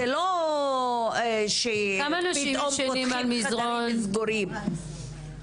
זה לא שפתאום פותחים חדרים סגורים.